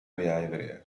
behavior